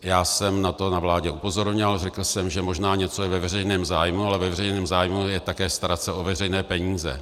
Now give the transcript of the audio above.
Já jsem na to na vládě upozorňoval, řekl jsem, že je možná něco ve veřejném zájmu, ale ve veřejném zájmu je také starat se o veřejné peníze.